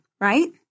right